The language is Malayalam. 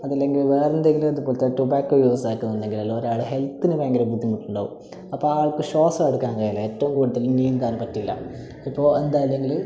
അതല്ലെങ്കില് വേറെ എന്തെങ്കിലും അതുപോലത്തെ ടോബാക്കോ യൂസ് ആക്കുന്നുണ്ടെങ്കില് എല്ലാം ഒരാളെ ഹെൽത്തിന് ഭയങ്കര ബുദ്ധിമുട്ടുണ്ടാകും അപ്പോൾ ആ ആൾക്ക് ശ്വാസം എടുക്കാൻ കഴിയില്ല ഏറ്റവും കൂടുതൽ നീന്താനും പറ്റില്ല ഇപ്പോൾ എന്തായില്ലെങ്കില്